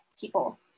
people